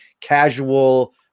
casual